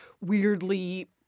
weirdly